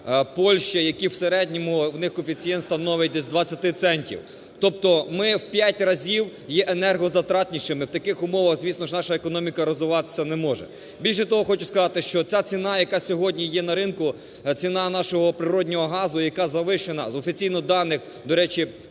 Польща, які в середньому, у них коефіцієнт становить десь 20 центів. Тобто ми в п'ять разів є енергозатратнішими. В таких умовах, звісно ж, наша економіка розвиватися не може. Більше того, хочу сказати, що ця ціна, яка сьогодні є на ринку, ціна нашого природного газу, яка завищена. З офіційних даних, до речі,